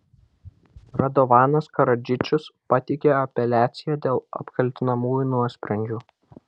radovanas karadžičius pateikė apeliaciją dėl apkaltinamųjų nuosprendžių